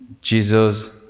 Jesus